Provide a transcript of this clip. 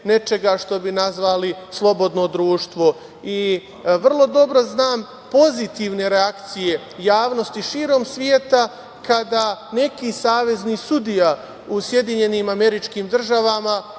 nečega što bi nazvali slobodno društvo. I vrlo dobro znam pozitivne reakcije javnosti širom sveta kada neki savezni sudija u SAD blokira